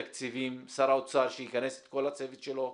שר האוצר, שייכנס את כל הצוות שלו.